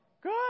good